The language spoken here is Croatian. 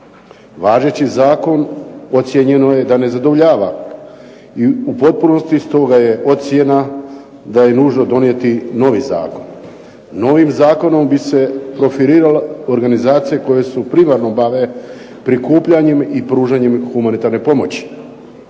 Važeći Zakon procijenjeno je da ne zadovoljava u potpunosti stoga je ocjena da je nužno donijeti novi Zakon. Novim Zakonom bi se profilirale organizacije koje se primarno bave prikupljanjem i pružanjem humanitarne pomoći.